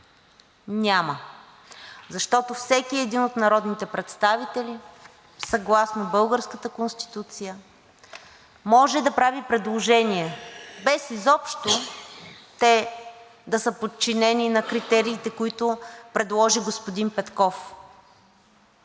Няма. Защото всеки един от народните представители съгласно българската Конституция може да прави предложения, без изобщо те да са подчинени на критериите, които предложи господин Петков.